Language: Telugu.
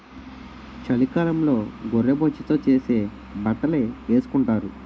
చలికాలంలో గొర్రె బొచ్చుతో చేసే బట్టలే ఏసుకొంటారు